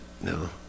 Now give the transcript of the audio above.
No